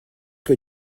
que